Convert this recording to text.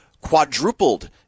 quadrupled